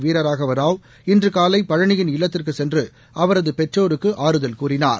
வீரராகவ ராவ் இன்று காலை பழனியின் இல்லத்திற்குச் சென்று அவரது பெற்றோருக்கு ஆறுதல் கூறினார்